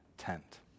tent